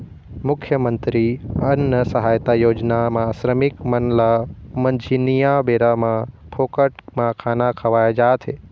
मुख्यमंतरी अन्न सहायता योजना म श्रमिक मन ल मंझनिया बेरा म फोकट म खाना खवाए जाथे